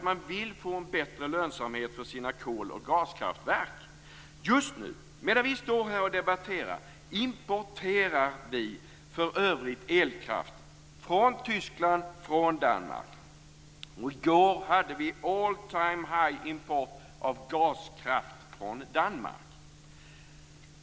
Man vill nämligen få bättre lönsamhet för sina kol och gaskraftverk. Just nu, medan vi står här och debatterar, importerar vi för övrigt elkraft från Tyskland och Danmark. I går var det all-time-high-import av gaskraft från Danmark.